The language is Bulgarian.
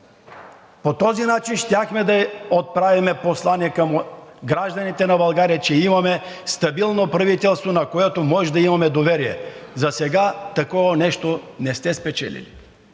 По този начин щяхме да отправим послание към гражданите на България, че имаме стабилно правителство, на което можем да имаме доверие. Засега такова нещо не сте спечелили.